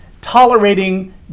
tolerating